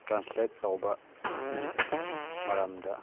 translate ꯇꯧꯕꯒꯤ ꯃꯔꯝꯗ